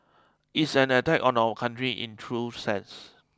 it's an attack on our country in true sense